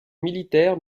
militaire